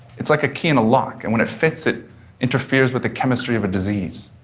it's like a key in a lock, and when it fits, it interferes with the chemistry of a disease.